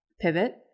pivot